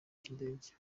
cy’indege